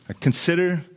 Consider